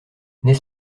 n’est